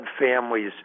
families